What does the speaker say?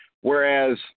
whereas